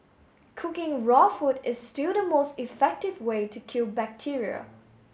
cooking raw food is still the most effective way to kill bacteria